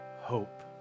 hope